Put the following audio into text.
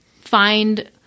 find